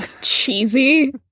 cheesy